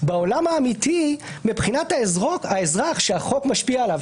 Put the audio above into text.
בעולם האמיתי מבחינת האזרח שהחוק משפיע עליו,